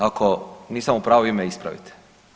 Ako nisam u pravu vi me ispravite.